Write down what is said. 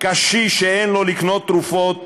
קשיש שאין לו כסף לקנות תרופות